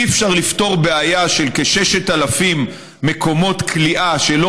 אי-אפשר לפתור בעיה של כ-6,000 מקומות כליאה שלא